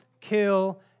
kill